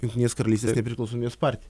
jungtinės karalystės nepriklausomybės partiją